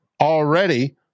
already